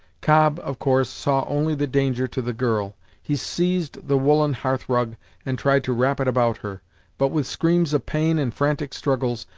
cobb, of course, saw only the danger to the girl. he seized the woollen hearthrug and tried to wrap it about her but with screams of pain and frantic struggles,